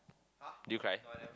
did you cry